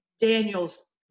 daniel's